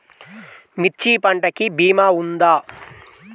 మిర్చి పంటకి భీమా ఉందా?